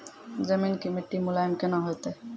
जमीन के मिट्टी मुलायम केना होतै?